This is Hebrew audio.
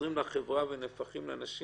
חוזרים לחברה ונהפכים לאנשים